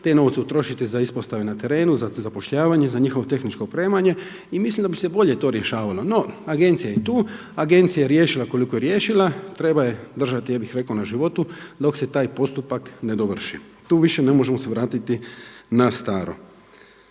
te novce utrošiti za ispostave na terenu, za zapošljavanje za njihovo tehničko opremanje i mislim da bi se to bolje rješavalo. No agencija je tu, agencija je riješila koliko je riješila, treba je držati ja bih rekao na životu dok se taj postupak ne dovrši. Tu više ne možemo se vratiti na staro.